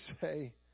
say